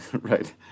right